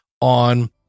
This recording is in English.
on